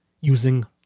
using